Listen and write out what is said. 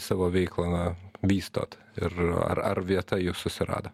savo veiklą vystot ir ar ar vieta jus susirado